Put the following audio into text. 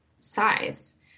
size